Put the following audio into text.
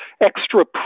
extra